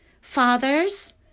Fathers